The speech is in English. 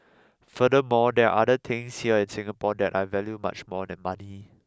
furthermore there are other things here in Singapore that I value much more than money